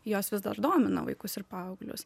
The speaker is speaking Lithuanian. jos vis dar domina vaikus ir paauglius